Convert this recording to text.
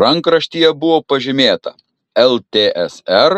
rankraštyje buvo pažymėta ltsr